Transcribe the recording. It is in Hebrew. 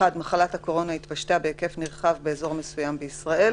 (א)מחלת הקורונה התפשטה בהיקף נרחב באזור מסוים בישראל,